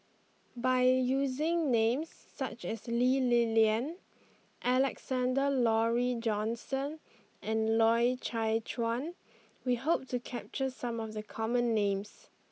by using names such as Lee Li Lian Alexander Laurie Johnston and Loy Chye Chuan we hope to capture some of the common names